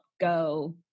go